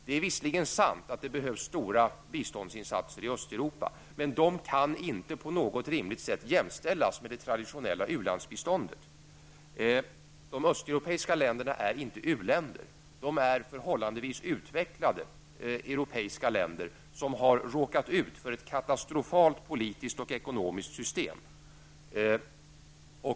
Det är visserligen sant att det behövs stora biståndsinsatser i Östeuropa, men de kan inte på något rimligt sätt jämställas med det traditionella u-landsbiståndet. De östeuropeiska länderna är inte u-länder. De är förhållandevis utvecklade europeiska länder som har råkat ut för ett politiskt och ekonomiskt katastrofalt system.